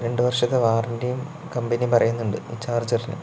രണ്ടു വർഷത്തെ വാറണ്ടിയും കമ്പനി പറയുന്നുണ്ട് ഈ ചാർജ്ജറിനു